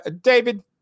David